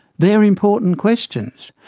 they are important questions.